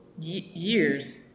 years